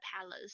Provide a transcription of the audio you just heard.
palace